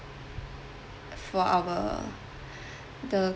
for our the